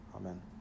amen